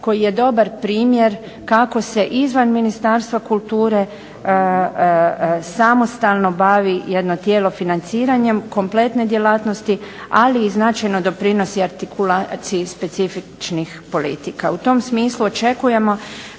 koji je dobar primjer kako se izvan Ministarstva kulture samostalno bavi jedno tijelo financiranjem kompletne djelatnosti, ali i značajno doprinosi artikulaciji specifičnih politika. U tom smislu očekujemo